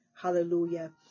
hallelujah